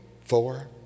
four